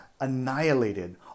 annihilated